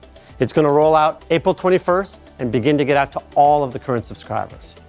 it's going to roll out april twenty first and begin to get out to all of the current subscribers.